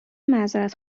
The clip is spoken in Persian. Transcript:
معذرت